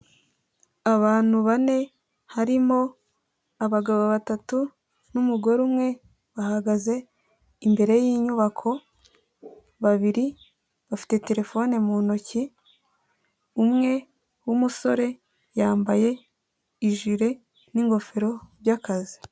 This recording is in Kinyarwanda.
Abantu bane harimo abagabo batatu n'umugore umwe bahagaze imbere y'inyubako, babiri bafite terefone mu ntoki umwe w'umusore yambaye ijire n'ingofero by'akazi.